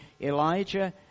Elijah